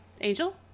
Angel